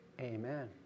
amen